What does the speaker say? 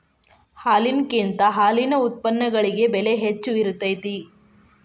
ಹಾಲಿನಕಿಂತ ಹಾಲಿನ ಉತ್ಪನ್ನಗಳಿಗೆ ಬೆಲೆ ಹೆಚ್ಚ ಇರತೆತಿ